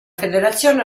federazione